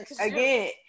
again